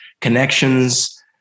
connections